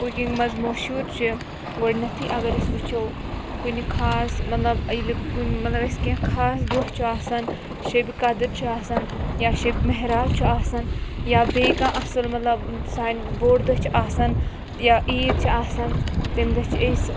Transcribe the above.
cooking منٛز موشوٗر چھِ گۄڈنٮ۪تھٕے اگر أسۍ وٕچھو کُنہِ خاص مطلب ییٚلہِ کُنہِ مطلب أسۍ کینٛہہ خاص دۄہ چھُ آسان شبِ قدٕر چھُ آسان یا شب محراج چھُ آسان یا بیٚیہِ کانٛہہ اَصٕل مطلب سانہِ بوٚڈ دۄہ چھِ آسان یا عیٖد چھِ آسان تمہِ دۄہ چھِ أسۍ